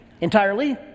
entirely